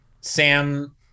Sam